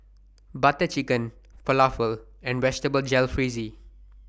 Butter Chicken Falafel and Vegetable Jalfrezi